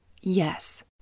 Yes